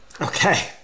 Okay